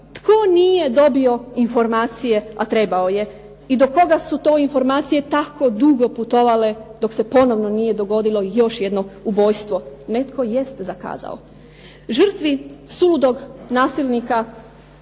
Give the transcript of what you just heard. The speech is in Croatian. tko nije dobio informacije a trebao je, i do koga su to informacije tako dugo putovale dok se još nije dogodilo jedno ubojstvo. Žrtvi suludog nasilnika